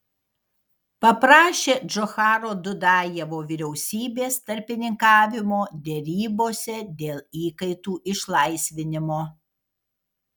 paprašė džocharo dudajevo vyriausybės tarpininkavimo derybose dėl įkaitų išlaisvinimo